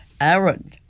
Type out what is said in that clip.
Aaron